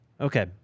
Okay